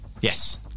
Yes